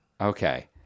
Okay